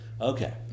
Okay